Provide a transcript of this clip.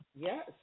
Yes